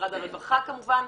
משרד הרווחה כמובן,